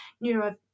neuro